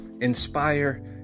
inspire